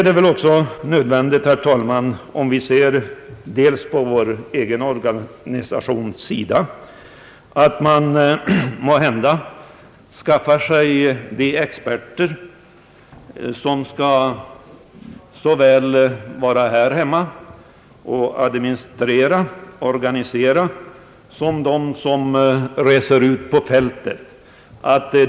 Det är också nödvändigt, herr talman, om vi ser på vår egen organisation, SIDA, att man anlitar experter såväl för det administrativa och organisatoriska arbetet här hemma som för arbetet ute på fältet.